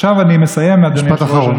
עכשיו אני מסיים, אדוני היושב-ראש, משפט אחרון.